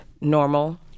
normal